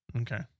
Okay